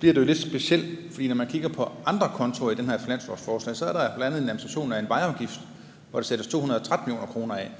bliver det jo lidt specielt, når man kigger på andre kontoer i det her finanslovsforslag. For så er der bl.a. en administration af en vejafgift, hvor der sættes 213 mio. kr. af,